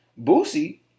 boosie